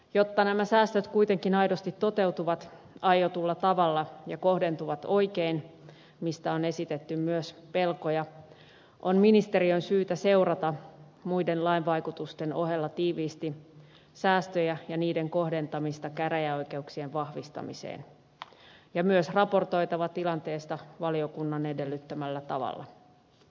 jotta nämä säästöt kuitenkin aidosti toteutuvat aiotulla tavalla ja kohdentuvat oikein mistä on esitetty myös pelkoja on ministeriön syytä seurata lain muiden vaikutusten ohella tiiviisti säästöjä ja niiden kohdentamista käräjäoikeuksien vahvistamiseen ja myös raportoitava tilanteesta valiokunnan edellyttämällä tavalla